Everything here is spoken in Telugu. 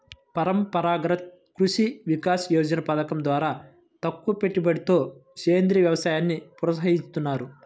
పరంపరాగత కృషి వికాస యోజన పథకం ద్వారా తక్కువపెట్టుబడితో సేంద్రీయ వ్యవసాయాన్ని ప్రోత్సహిస్తున్నారు